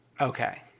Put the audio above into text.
Okay